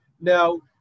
Now